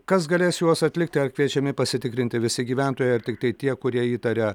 kas galės juos atlikti ar kviečiami pasitikrinti visi gyventojai ar tiktai tie kurie įtaria